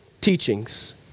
teachings